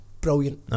brilliant